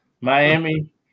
Miami